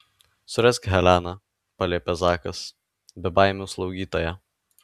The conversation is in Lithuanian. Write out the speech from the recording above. surask heleną paliepia zakas bebaimių slaugytoją